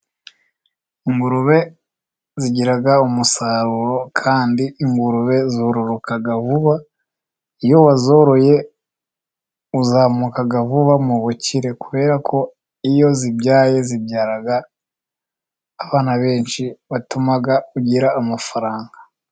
Ingurube zigira umusaruro kandi ingurube zororoka vuba, iyo wazoroye uzamuka vuba mu bukire, kubera ko iyo zibyaye zibyara abana benshi, batuma ugira amafaranga.